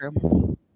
true